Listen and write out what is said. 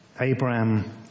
Abraham